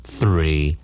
Three